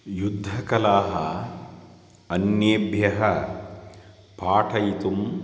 युद्धकलाः अन्येभ्यः पाठयितुम्